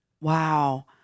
wow